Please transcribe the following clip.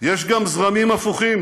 יש גם זרמים הפוכים,